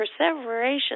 perseveration